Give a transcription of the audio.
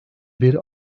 bir